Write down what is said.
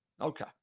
Okay